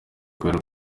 kubera